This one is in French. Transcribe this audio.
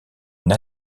une